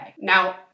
Now